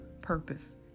purpose